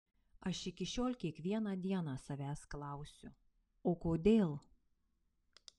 aš iki šiol kiekvieną dieną savęs klausiu o kodėl